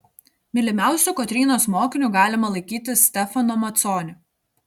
mylimiausiu kotrynos mokiniu galima laikyti stefano maconi